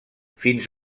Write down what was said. fins